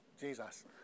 Jesus